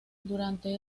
durante